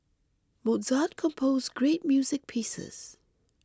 Mozart composed great music pieces